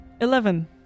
Eleven